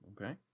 Okay